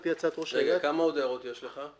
על פי הצעת ראש העירייה --- עוד כמה הערות יש לך?